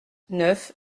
neuf